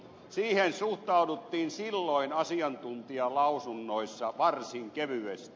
siihen suhtauduttiin silloin asiantuntijalausunnoissa varsin kevyesti